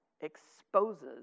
exposes